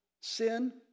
sin